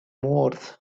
moors